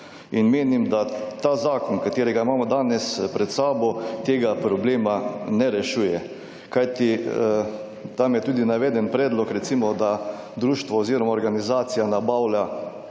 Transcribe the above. In menim, da ta zakon, katerega imamo danes pred sabo, tega problema ne rešuje. Kajti tam je tudi naveden predlog, recimo, da društvo oziroma organizacija nabavlja